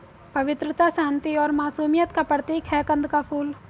पवित्रता, शांति और मासूमियत का प्रतीक है कंद का फूल